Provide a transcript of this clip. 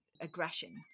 aggression